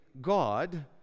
God